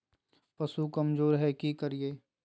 पशु कमज़ोर है कि करिये?